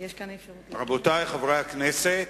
רבותי חברי הכנסת.